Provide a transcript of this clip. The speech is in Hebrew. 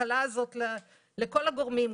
ההקלה הזאת לכל הגורמים.